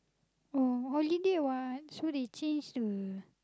oh holiday [what] so they change the